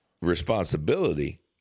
responsibility